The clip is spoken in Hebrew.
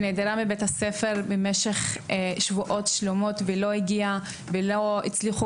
והיא נעדרה מביה"ס במשך שבועות שלמים ולא הגיעה ולא הצלחו